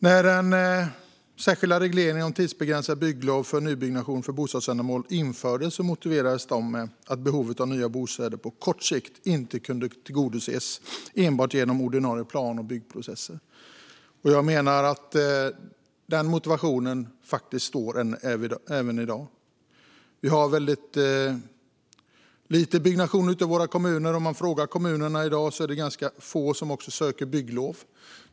När den särskilda regleringen om tidsbegränsat bygglov för nybyggnation för bostadsändamål infördes motiverades det med att behovet av nya bostäder på kort sikt inte kunde tillgodoses enbart genom ordinarie plan och byggprocesser. Jag menar att den motiveringen faktiskt håller även i dag. Vi har väldigt lite byggnation ute i våra kommuner. Om man frågar kommunerna i dag får man veta att det är ganska få som söker bygglov.